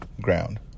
ground